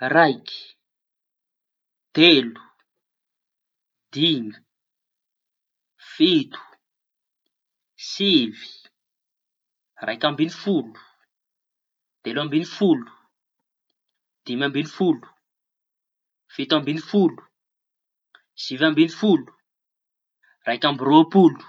Raiky, telo, dimy, fito, sivy, raika amby folo, telo amby folo, dimy amby folo, fito amby folo, sivy amby folo, raiky amby roapolo.